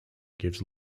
gives